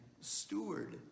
steward